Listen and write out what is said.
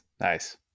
Nice